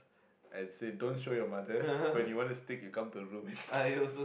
and said don't show your mother when you want to stick you come to the room